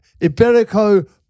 Iberico